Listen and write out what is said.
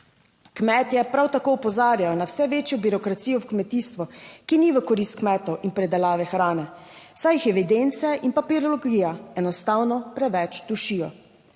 Kmetje prav tako opozarjajo na vse večjo birokracijo v kmetijstvu, ki ni v korist kmetov in pridelave hrane, saj jih evidence in papirologija enostavno preveč dušijo.